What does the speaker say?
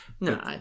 No